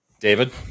David